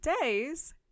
days